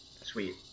Sweet